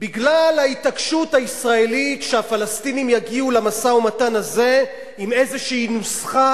בגלל ההתעקשות הישראלית שהפלסטינים יגיעו למשא-ומתן הזה עם איזו נוסחה